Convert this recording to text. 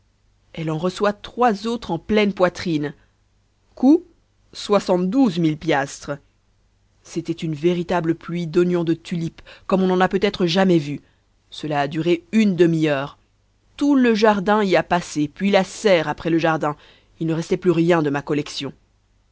elle en reçoit trois autres en pleine poitrine coût soixante-douze mille piastres c'était une véritable pluie d'oignons de tulipes comme on n'en a peut-être jamais vu cela a duré une demi-heure tout le jardin y a passé puis la serre après le jardin il ne restait plus rien de ma collection